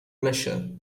pleasure